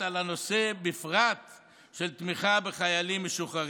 בפרט על הנושא של תמיכה בחיילים משוחררים.